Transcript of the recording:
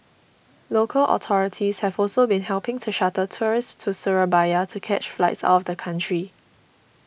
local authorities have also been helping to shuttle tourists to Surabaya to catch flights out of the country